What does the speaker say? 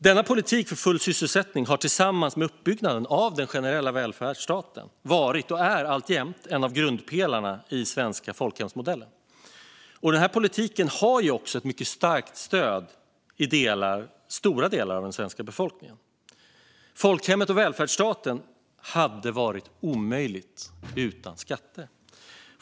Denna politik för full sysselsättning har tillsammans med uppbyggnaden av den generella välfärdsstaten varit, och är alltjämt, en av grundpelarna i den svenska folkhemsmodellen. Denna politik har också ett mycket starkt stöd i stora delar av den svenska befolkningen. Folkhemmet och välfärdsstaten hade varit omöjliga utan skatter.